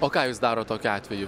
o ką jūs darot tokiu atveju